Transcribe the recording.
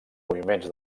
moviments